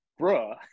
bruh